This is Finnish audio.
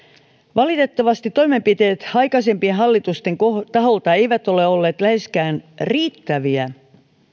valitettavasti toimenpiteet aikaisempien hallitusten taholta eivät ole olleet läheskään riittäviä